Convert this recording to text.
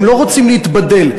הם לא רוצים להתבדל.